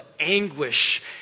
anguish